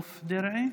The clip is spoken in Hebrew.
דרעי,